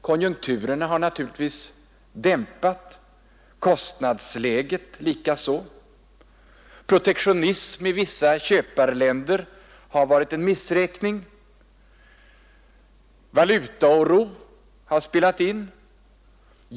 Konjunkturerna har naturligtvis dämpat lusten, kostnadsläget likaså. Protektionism i vissa köparländer har varit en missräkning. Valutaoro har spelat in.